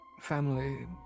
family